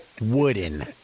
wooden